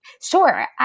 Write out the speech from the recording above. Sure